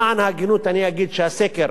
למען ההגינות אומר שהסקר